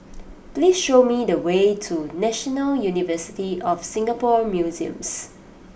please show me the way to National University of Singapore Museums